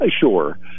Sure